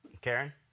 Karen